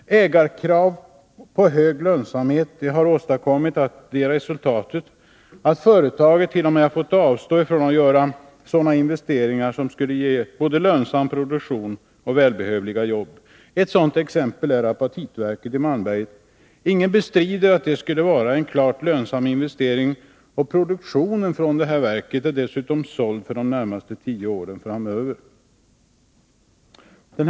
Ägarkrav på hög lönsamhet har åstadkommit resultatet att företaget t.o.m. har fått avstå ifrån att göra sådana investeringar som skulle ge både lönsam produktion och välbehövliga jobb. Ett sådant exempel är apatitverket i Malmberget. Ingen bestrider att detta skulle vara en klart lönsam investering, och produktionen från verket för de närmaste tio åren är dessutom redan såld.